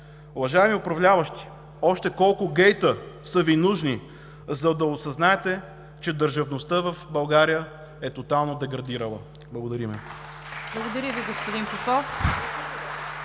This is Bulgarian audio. Уважаеми управляващи, още колко гейта са Ви нужни, за да осъзнаете, че държавността в България е тотално деградирала?! Благодаря.